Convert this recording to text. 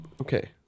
okay